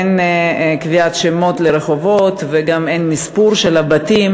אין קביעת שמות לרחובות וגם אין מספור של הבתים,